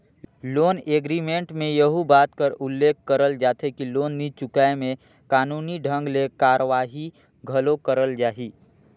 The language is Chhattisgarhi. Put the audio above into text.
लोन एग्रीमेंट में एहू बात कर उल्लेख करल जाथे कि लोन नी चुकाय में कानूनी ढंग ले कारवाही घलो करल जाही